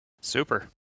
Super